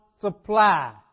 supply